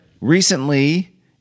Recently